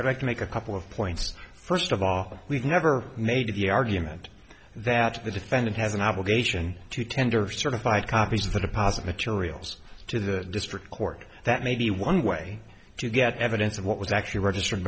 i'd like to make a couple of points first of all we've never made the argument that the defendant has an obligation to tender certified copies of the deposit materials to the district court that may be one way to get evidence of what was actually registered